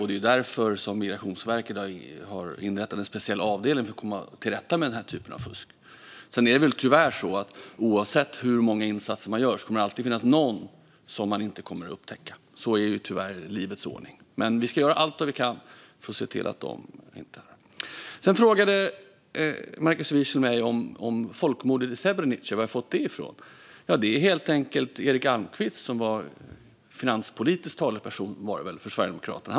Det är därför Migrationsverket har inrättat en speciell avdelning för att komma till rätta med den här typen av fusk. Sedan är det väl tyvärr så att oavsett hur många insatser man gör kommer det alltid att finnas någon som man inte kommer att upptäcka. Sådan är tyvärr livets ordning. Men vi ska göra allt vi kan för att se till att man hittar detta. Markus Wiechel frågade mig varifrån jag fått det jag sa om folkmordet i Srebrenica. Jag har helt enkelt fått det från Erik Almqvist, som jag tror var finanspolitisk talesperson för Sverigedemokraterna.